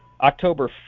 October